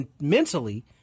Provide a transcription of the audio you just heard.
mentally